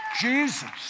Jesus